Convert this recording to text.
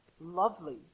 lovely